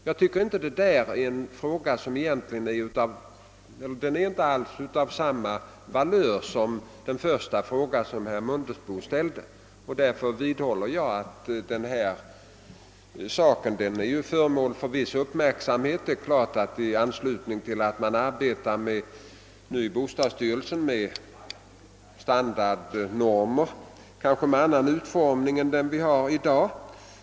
Jag tycker att den frågan inte alls är av samma valör som den första fråga herr Mundebo ställde. Saken är föremål för uppmärksamhet, och bostadsstyrelsen arbetar med standardnormer, som kanske får en annan utformning än de normer vi har i dag.